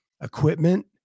equipment